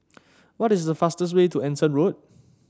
what is the fastest way to Anson Road